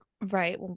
Right